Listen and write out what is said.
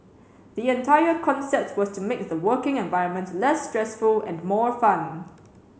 the entire concept was to make the working environment less stressful and more fun